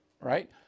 right